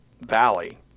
valley